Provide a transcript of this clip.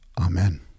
Amen